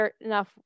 enough